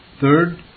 Third